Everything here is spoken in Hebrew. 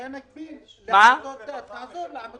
2) המנהל רשאי לדרוש מהמוסד לביטוח